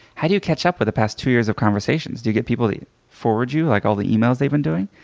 how do you catch up with the past two years of conversations? do you get people to forward you like all the emails they've been doing?